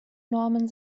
norman